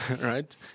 right